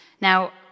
Now